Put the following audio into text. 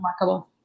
remarkable